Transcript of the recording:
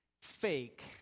fake